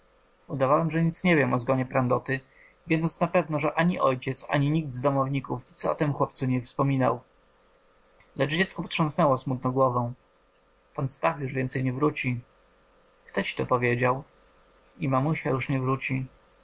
udawałem że nic nie wiem o zgonie prandoty wiedząc napewno że ani ojciec ani żaden z domowników nic o tem chłopcu nie wspominał lecz dziecko potrząsnęło smutno głową pan stach już więcej nie wróci kto ci to powiedział i mamusia już nie wróci